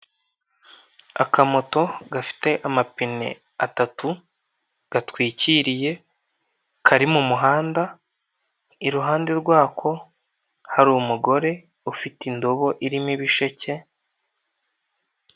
Akamoto gafite amapine atatu, gatwikiriye, kari mu muhanda, iruhande rwako hari umugore ufite indobo irimo ibisheke.